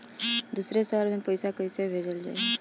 दूसरे शहर में पइसा कईसे भेजल जयी?